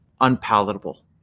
unpalatable